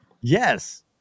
Yes